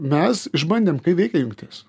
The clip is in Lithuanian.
mes išbandėm kaip veikia jungtis